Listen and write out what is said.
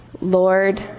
Lord